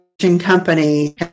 company